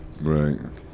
Right